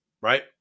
Right